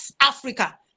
Africa